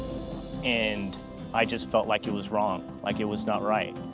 and i just felt like it was wrong. like it was not right.